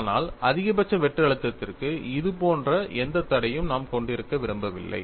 ஆனால் அதிகபட்ச வெட்டு அழுத்தத்திற்கு இதுபோன்ற எந்த தடையும் நாம் கொண்டிருக்க விரும்பவில்லை